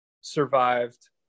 survived